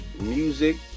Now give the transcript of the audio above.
music